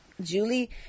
Julie